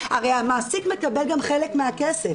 הרי המעסיק מקבל גם חלק מהכסף?